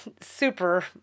super